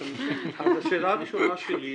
השאלה הראשונה שלי,